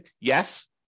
Yes